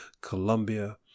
Colombia